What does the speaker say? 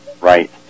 Right